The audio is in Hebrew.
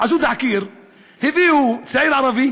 עשו תחקיר, הביאו צעיר ערבי